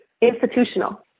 institutional